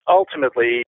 ultimately